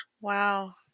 Wow